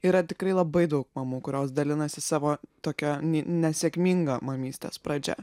yra tikrai labai daug mamų kurios dalinasi savo tokia ne nesėkminga mamytės pradžia